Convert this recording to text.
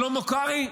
שלמה קרעי?